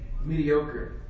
mediocre